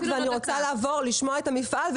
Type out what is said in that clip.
ואני רוצה לעבור לשמוע את המפעל.